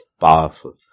Powerful